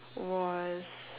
was